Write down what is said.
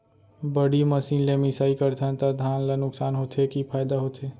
बड़ी मशीन ले मिसाई करथन त धान ल नुकसान होथे की फायदा होथे?